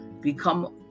become